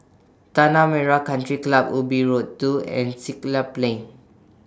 Tanah Merah Country Club Ubi Road two and Siglap Plain